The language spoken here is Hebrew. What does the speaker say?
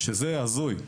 שזה הזוי.